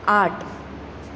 आठ